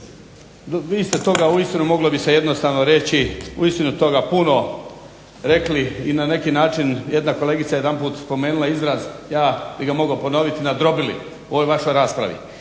vi ste toga uistinu moglo bi se jednostavno reći uistinu toga puno rekli i na neki način jedna kolegica je jedanput spomenula izraz ja bih ga mogao ponoviti, nadrobili u ovoj vašoj raspravi.